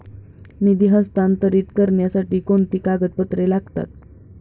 निधी हस्तांतरित करण्यासाठी कोणती कागदपत्रे लागतात?